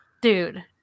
Dude